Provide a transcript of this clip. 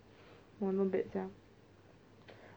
oh not bad sia